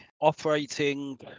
Operating